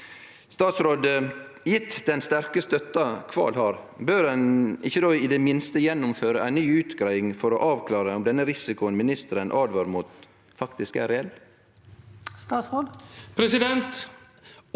Gjeve den sterke støtta kval har, bør ein ikkje då i det minste gjennomføre ei ny utgreiing for å avklare om den risikoen ministeren åtvarar mot, faktisk er reell?